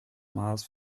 maß